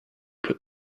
put